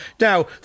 Now